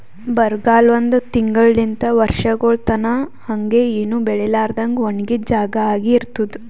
ಬರಗಾಲ ಒಂದ್ ತಿಂಗುಳಲಿಂತ್ ವರ್ಷಗೊಳ್ ತನಾ ಹಂಗೆ ಏನು ಬೆಳಿಲಾರದಂಗ್ ಒಣಗಿದ್ ಜಾಗಾ ಆಗಿ ಇರ್ತುದ್